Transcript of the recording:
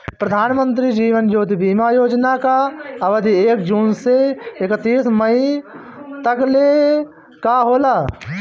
प्रधानमंत्री जीवन ज्योति बीमा योजना कअ अवधि एक जून से एकतीस मई तकले कअ होला